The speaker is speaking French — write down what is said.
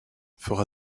fera